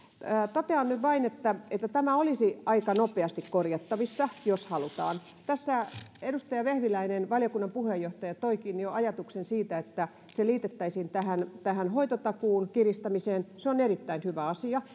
totean nyt vain että että tämä olisi aika nopeasti korjattavissa jos halutaan tässä edustaja vehviläinen valiokunnan puheenjohtaja toikin jo ajatuksen siitä että se liitettäisiin tähän tähän hoitotakuun kiristämiseen se on erittäin hyvä asia